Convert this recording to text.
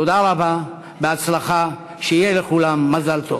תודה רבה, בהצלחה, שיהיה לכולם מזל טוב.